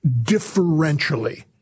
differentially